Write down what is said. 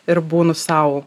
ir būnu sau